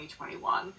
2021